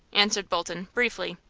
answered bolton, briefly.